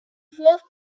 fourth